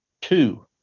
two